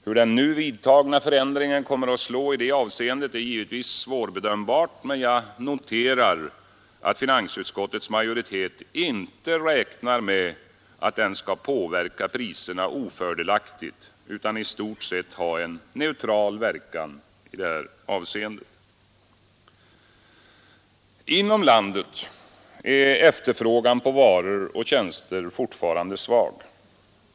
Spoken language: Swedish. Hur den nu vidtagna förändringen kommer att slå i det avseendet är givetvis svårbedömbart, men jag noterar att finansutskottets majoritet inte räknar med att den skall påverka priserna ofördelaktigt utan i stort sett ha en neutral verkan i det här avseendet. Inom landet är efterfrågan på varor och tjänster fortfarande svag.